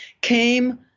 came